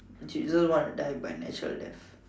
want to die by natural death